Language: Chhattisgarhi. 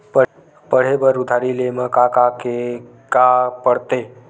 पढ़े बर उधारी ले मा का का के का पढ़ते?